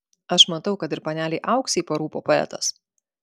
aš matau kad ir panelei auksei parūpo poetas